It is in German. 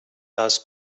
das